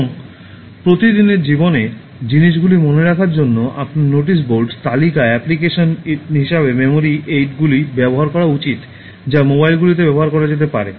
এবং প্রতিদিনের জীবনে জিনিসগুলি মনে রাখার জন্য আপনার নোটিশ বোর্ড তালিকা অ্যাপ্লিকেশন হিসাবে মেমরি এইডগুলি ব্যবহার করা উচিত যা মোবাইলগুলিতে ব্যবহার করা যেতে পারে